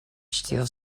still